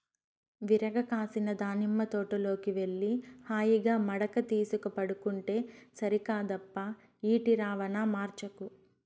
విరగ కాసిన దానిమ్మ తోటలోకి వెళ్లి హాయిగా మడక తీసుక పండుకుంటే సరికాదప్పా ఈటి రవాణా మార్చకు